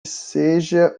seja